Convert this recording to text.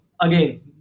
again